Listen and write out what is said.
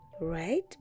right